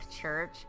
church